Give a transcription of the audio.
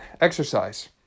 exercise